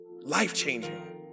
Life-changing